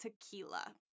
tequila